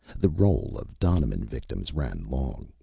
the roll of donovan-victims ran long,